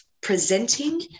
presenting